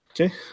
Okay